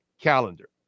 calendar